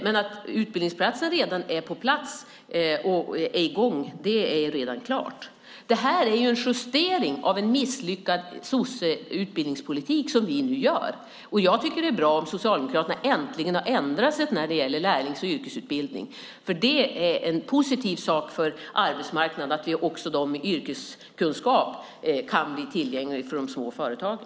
Men utbildningsplatserna finns redan, och utbildningen är i gång. Det är redan klart. Det är en justering av en misslyckad sosseutbildningspolitik som vi nu gör. Jag tycker att det är bra om Socialdemokraterna äntligen har ändrat sig när det gäller lärlings och yrkesutbildning eftersom det är positivt för arbetsmarknaden att också människor med yrkeskunskap kan bli tillgängliga för de små företagen.